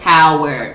Power